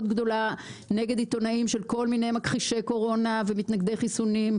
גדולה נגד עיתונאים של כל מיני מכחישי קורונה ומתנגדי חיסונים,